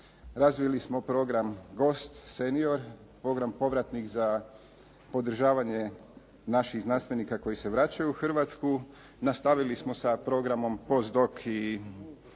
Razvili smo program gost senior, program povratnih za održavanje naših znanstvenika koji se vraćaju u Hrvatsku. Nastavili smo sa programom POS.DOK.